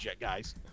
guys